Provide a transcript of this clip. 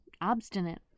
obstinate